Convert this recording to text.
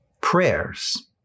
prayers